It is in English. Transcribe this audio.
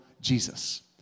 Jesus